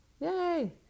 Yay